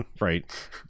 right